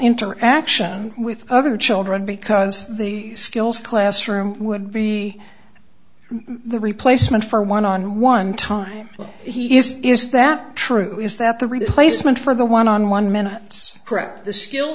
interaction with other children because the skills classroom would be the replacement for one on one time well he is is that true is that the replacement for the one on one minute's correct the skill